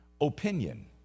opinion